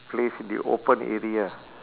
placed in the open area